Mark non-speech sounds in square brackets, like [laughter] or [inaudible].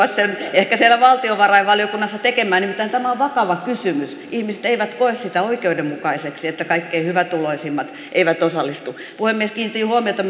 ehkä siellä valtiovarainvaliokunnassa tekemään nimittäin tämä on vakava kysymys ihmiset eivät koe sitä oikeudenmukaiseksi että kaikkein hyvätuloisimmat eivät osallistu puhemies kiinnitin huomiota [unintelligible]